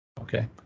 Okay